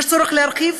יש צורך להרחיב?